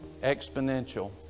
Exponential